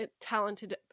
talented